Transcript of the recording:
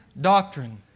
doctrine